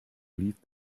leave